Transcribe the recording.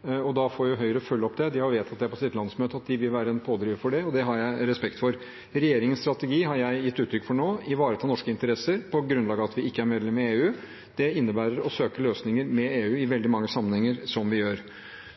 og da får jo Høyre følge opp det. De har vedtatt på sitt landsmøte at de vil være en pådriver for det, og det har jeg respekt for. Regjeringens strategi har jeg gitt uttrykk for nå: å ivareta norske interesser på grunnlag av at vi ikke er medlem i EU. Det innebærer å søke løsninger med EU i veldig mange sammenhenger, som vi gjør.